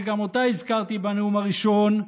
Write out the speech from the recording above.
שגם אותה הזכרתי בנאום הראשון,